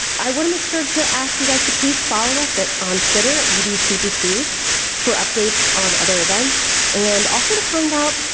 i want to make sure to ask you guys to please follow us at, on twitter at udcpc for updates on other events and also to find out,